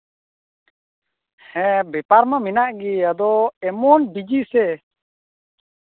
ᱦᱮᱸ ᱵᱮᱯᱟᱨ ᱢᱟ ᱢᱮᱱᱟᱜ ᱜᱮ ᱮᱢᱚᱱ ᱵᱤᱡᱤ ᱥᱮ